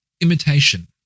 imitation